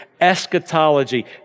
eschatology